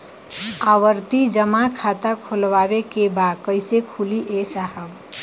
आवर्ती जमा खाता खोलवावे के बा कईसे खुली ए साहब?